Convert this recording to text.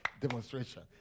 demonstration